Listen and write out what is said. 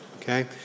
Okay